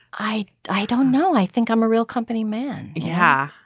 i i don't know i think i'm a real company man. yeah